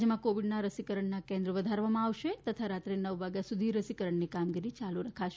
રાજ્યમાં કોવિડના રસીકરણના કેન્દ્રો વધારવામાં આવશે તથા રાત્રે નવ વાગ્યા સુધી રસીકરણની કામગીરી ચાલુ રખાશે